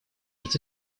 эти